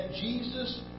Jesus